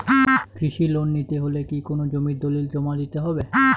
কৃষি লোন নিতে হলে কি কোনো জমির দলিল জমা দিতে হবে?